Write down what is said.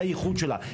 זה הייחוד שלה.